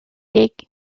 dick